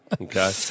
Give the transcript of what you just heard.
okay